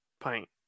pint